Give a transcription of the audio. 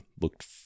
looked